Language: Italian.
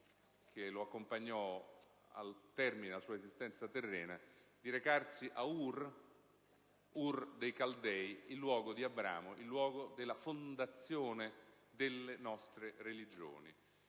che lo accompagnò al termine della sua esistenza terrena, di recarsi a Ur dei Caldei, il luogo di Abramo, il luogo della fondazione delle nostre religioni.